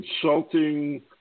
consulting